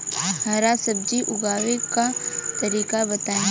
हरा सब्जी उगाव का तरीका बताई?